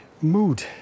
mood